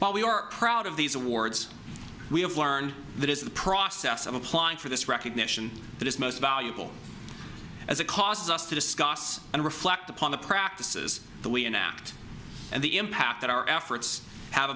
but we are proud of these awards we have learned that is the process of applying for this recognition that is most valuable as a cause us to discuss and reflect upon the practices the way in act and the impact that our efforts have